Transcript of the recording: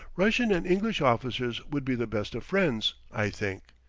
russian and english officers would be the best of friends, i think.